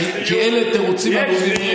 כי אלה תירוצים עלובים.